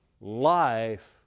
life